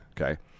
okay